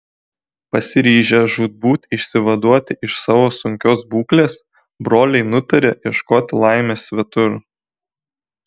pasiryžę žūtbūt išsivaduoti iš savo sunkios būklės broliai nutarė ieškoti laimės svetur